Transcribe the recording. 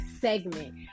segment